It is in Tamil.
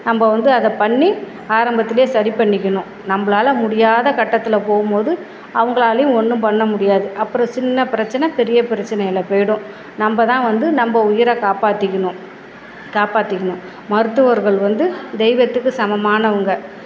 நம்ம வந்து அத பண்ணி ஆரம்பத்துலேயே சரி பண்ணிக்கணும் நம்மளால முடியாத கட்டத்தில் போகும்போது அவங்களாலையும் ஒன்றும் பண்ண முடியாது அப்புறம் சின்ன பிரச்சனை பெரிய பிரச்சனையில் போயிடும் நம்ம தான் வந்து நம்ம உயிரை காப்பாற்றிக்கிணும் காப்பாற்றிக்கிணும் மருத்துவர்கள் வந்து தெய்வத்துக்கு சமமானவங்க